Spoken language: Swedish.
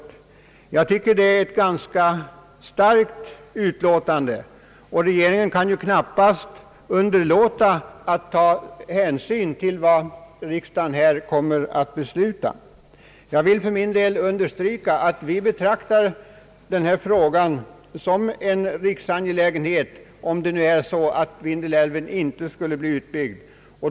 Jag tycker att detta är ett ganska starkt utlåtande. Regeringen kan knappast underlåta att ta hänsyn till vad riksdagen kommer att besluta i denna fråga. Jag vill understryka att utskottet betraktar detta problem som en riksangelägenhet om det nu är så att Vindelälven inte skall byggas ut.